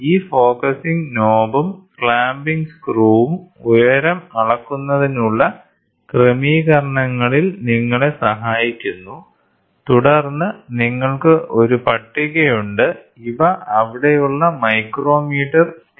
ഈ ഫോക്കസിംഗ് നോബും ക്ലാമ്പിംഗ് സ്ക്രൂവും ഉയരം അളക്കുന്നതിനുള്ള ക്രമീകരണങ്ങളിൽ നിങ്ങളെ സഹായിക്കുന്നു തുടർന്ന് നിങ്ങൾക്ക് ഒരു പട്ടികയുണ്ട് ഇവ അവിടെയുള്ള മൈക്രോമീറ്റർ സ്കെയിലുകളാണ്